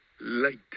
Light